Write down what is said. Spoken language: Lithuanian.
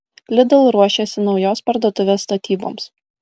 lidl ruošiasi naujos parduotuvės statyboms